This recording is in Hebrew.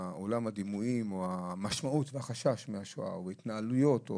עולם הדימויים או המשמעות והחשש מהשואה או מההתנהלויות,